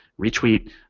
retweet